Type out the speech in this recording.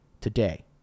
today